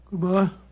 Goodbye